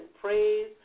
praise